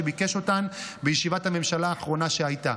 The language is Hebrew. שביקש אותן בישיבת הממשלה האחרונה שהייתה.